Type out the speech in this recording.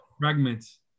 Fragments